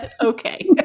Okay